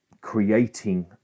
creating